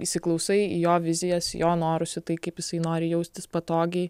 įsiklausai į jo vizijas į jo norus į tai kaip jisai nori jaustis patogiai